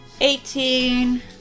Eighteen